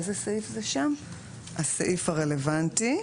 בסעיף הרלוונטי,